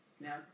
Now